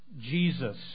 Jesus